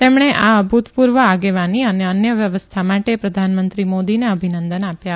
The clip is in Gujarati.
તેમણે આ અભુતપુર્વ આગેવાની અન્ય વ્યવસ્થા માટે પ્રધાનમંત્રી મોદીને અભિનંદન આપ્યા